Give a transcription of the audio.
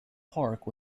park